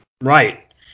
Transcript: Right